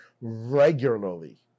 regularly